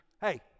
Hey